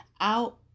out